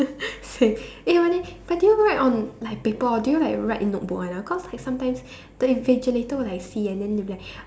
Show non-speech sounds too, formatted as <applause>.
<laughs> same eh but then but do you write on like paper or do you write in notebook one ah cause like sometimes the invigilator will like see and then they will be like